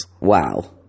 Wow